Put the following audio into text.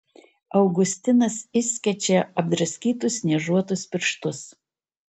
augustinas išskečia apdraskytus niežuotus pirštus